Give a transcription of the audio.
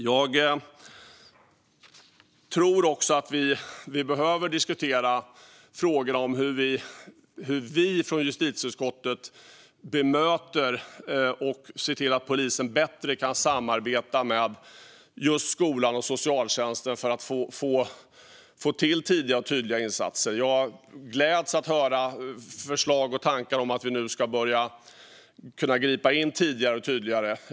Jag tror också att vi behöver diskutera hur vi i justitieutskottet ska bemöta det och se till att polisen kan samarbeta bättre med just skolan och socialtjänsten, för att få till tidiga och tydliga insatser. Jag gläds åt att höra förslag och tankar om att börja kunna gripa in tidigare och tydligare.